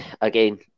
again